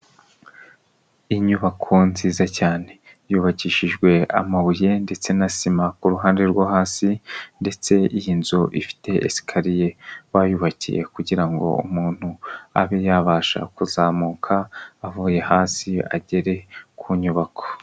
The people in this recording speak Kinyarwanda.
Inyubako nziza cyane, yubakishijwe amabuye ndetse na sima ku ruhande rwo hasi, ndetse iyi nzu ifite esikariye, bayubakiye kugira ngo umuntu abe yabasha kuzamuka avuye hasi agere ku nyubako.